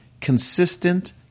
consistent